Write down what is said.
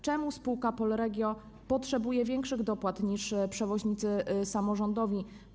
Czemu spółka Polregio potrzebuje większych dopłat niż przewoźnicy samorządowi?